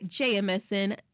JMSN